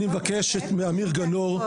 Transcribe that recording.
אני מבקש מאמיר גנור,